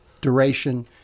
duration